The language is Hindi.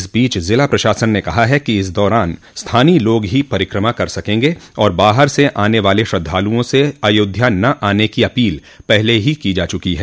इस बीच ज़िला प्रशासन ने कहा है कि इस दौरान स्थानीय लोग ही परिक्रमा कर सकेंगें और बाहर से आने वाले श्रद्धाल्ओं से अयोध्या न आने की अपील पहले ही की जा चुकी है